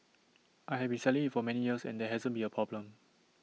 I have been selling IT for many years and there hasn't been A problem